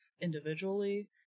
Individually